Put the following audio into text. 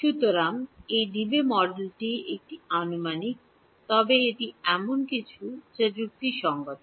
সুতরাং এই ড্যাবি মডেলটি একটি আনুমানিক তবে এটি এমন কিছু যা যুক্তিসঙ্গত